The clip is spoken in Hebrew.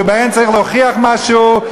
שבהם צריך להוכיח משהו.